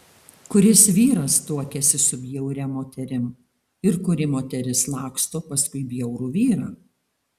kuris vyras tuokiasi su bjauria moterim ir kuri moteris laksto paskui bjaurų vyrą